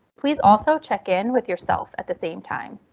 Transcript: please also check in with yourself at the same time.